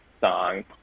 song